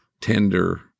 tender